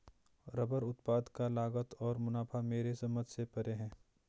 rubber उत्पाद का लागत और मुनाफा मेरे समझ से परे है